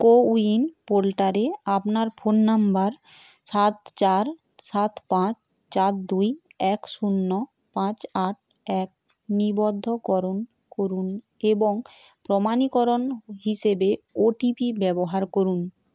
CoWIN পোর্টালে আপনার phone number সাত চার সাত পাঁচ চার দুই এক শূন্য পাঁচ আট এক নিবদ্ধকরণ করুন এবং প্রমাণীকরণ হিসেবে ওটিপি ব্যবহার করুন